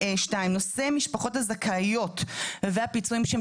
נושא המשפחות הזכאיות והפיצויים שהם